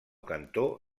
cantó